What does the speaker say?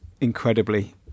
Incredibly